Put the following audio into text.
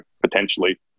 potentially